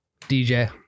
DJ